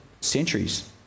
centuries